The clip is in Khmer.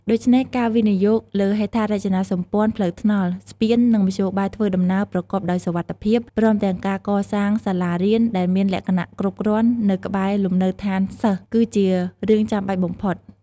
ដូច្នេះ ការវិនិយោគលើហេដ្ឋារចនាសម្ព័ន្ធផ្លូវថ្នល់ ស្ពាន និងមធ្យោបាយធ្វើដំណើរប្រកបដោយសុវត្ថិភាព ព្រមទាំងការកសាងសាលារៀនដែលមានលក្ខណៈគ្រប់គ្រាន់នៅក្បែរលំនៅឋានសិស្ស គឺជារឿងចាំបាច់បំផុត។